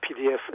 PDF